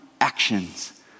actions